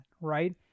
right